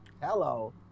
Hello